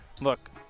look –